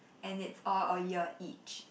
and it's all a year each